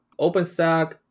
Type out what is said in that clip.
OpenStack